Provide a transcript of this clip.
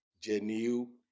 genuine